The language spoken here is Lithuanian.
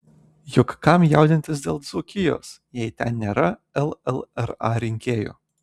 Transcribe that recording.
juk kam jaudintis dėl dzūkijos jei ten nėra llra rinkėjų